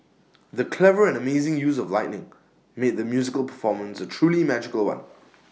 the clever and amazing use of lighting made the musical performance A truly magical one